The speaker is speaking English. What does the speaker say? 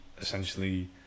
essentially